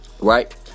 Right